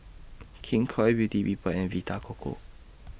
King Koil Beauty People and Vita Coco